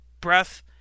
breath